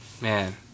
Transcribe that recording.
Man